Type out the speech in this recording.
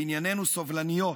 לענייננו, סובלניות.